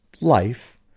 Life